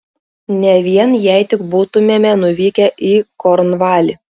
ne vien jei tik būtumėme nuvykę į kornvalį